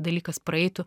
dalykas praeitų